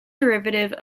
derivative